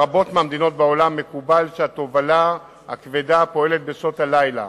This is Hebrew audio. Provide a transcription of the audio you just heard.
ברבות מהמדינות בעולם מקובל שהתובלה הכבדה פועלת בשעות הלילה,